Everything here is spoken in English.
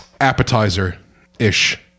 appetizer-ish